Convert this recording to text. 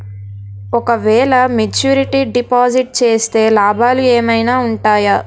ఓ క వేల maturity deposit చేస్తే లాభాలు ఏమైనా ఉంటాయా?